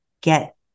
get